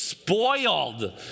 spoiled